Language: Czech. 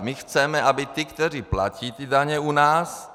My chceme, aby ti, kteří platí daně u nás,